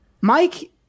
Mike